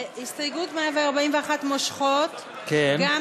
הסתייגות 141, מושכות, וגם